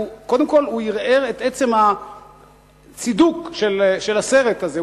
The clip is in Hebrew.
קודם כול הוא ערער את עצם הצידוק של הסרט הזה,